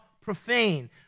profane